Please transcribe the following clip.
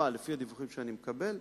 אבל לפי הדיווחים שאני מקבל,